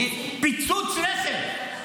פיצוץ רכב.